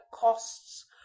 costs